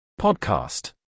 Podcast